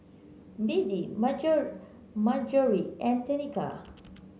Beadie Marjory and Tenika